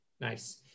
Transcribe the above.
Nice